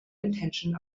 intention